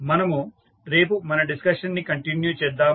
మనము రేపు మన డిస్కషన్ ని కంటిన్యూ చేద్దాము